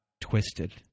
twisted